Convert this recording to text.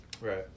Right